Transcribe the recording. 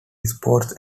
sports